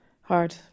hard